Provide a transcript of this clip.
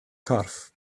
corff